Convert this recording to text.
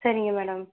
சரிங்க மேடம்